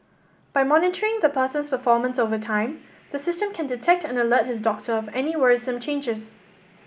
by monitoring the person's performance over time the system can detect and alert his doctor of any worrisome changers